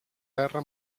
guerra